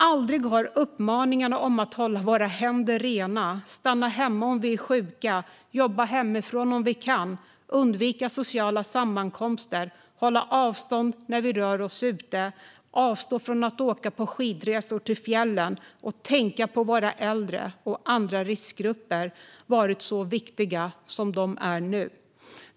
Aldrig har uppmaningarna om att hålla händerna rena, stanna hemma om vi är sjuka, jobba hemifrån om vi kan, undvika sociala sammankomster, hålla avstånd när vi rör oss ute, avstå från att åka på skidresor till fjällen och tänka på våra äldre och andra riskgrupper varit så viktiga som de är nu.